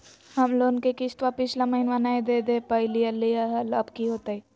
हम लोन के किस्तवा पिछला महिनवा नई दे दे पई लिए लिए हल, अब की होतई?